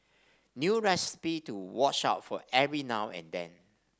new recipe to watch out for every now and then